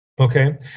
okay